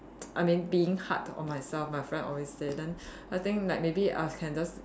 I mean being hard on myself my friend always say then I think like maybe I can just